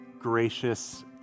gracious